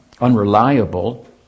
unreliable